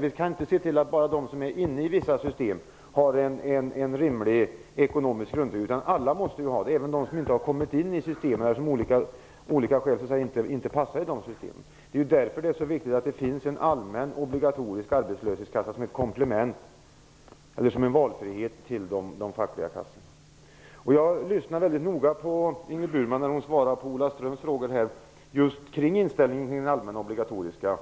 Vi kan inte bara se till att de människor som är inne i vissa system har en rimlig ekonomisk grundtrygghet. Det måste ju alla ha, även de som inte har kommit in i systemet och som av olika skäl inte passar in i det. Det är därför som det är så viktigt att det finns en allmän obligatorisk arbetslöshetskassa som ett komplement till de fackliga kassorna. Jag lyssnade väldigt noga på Ingrid Burman när hon svarade på Ola Ströms frågor om inställningen till den allmänna obligatoriska